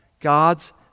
God's